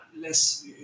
less